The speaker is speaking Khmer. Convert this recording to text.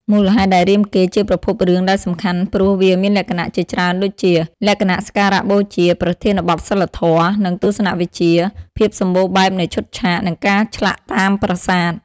មូលហេតុដែលរាមកេរ្តិ៍ជាប្រភពរឿងដែលសំខាន់ព្រោះវាមានលក្ខណៈជាច្រើនដូចជា លក្ខណៈសក្ការៈបូជា ប្រធានបទសីលធម៌ និងទស្សនវិជ្ជា ភាពសម្បូរបែបនៃឈុតឆាក នឹងការឆ្លាក់តាមប្រាសាទ ។